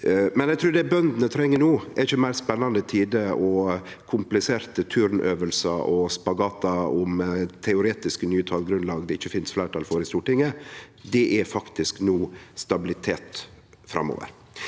trur det bøndene treng no, ikkje er meir spennande tider, kompliserte turnøvingar og spagat om teoretiske, nye talgrunnlag det ikkje finst fleirtal for i Stortinget. Det er faktisk stabilitet framover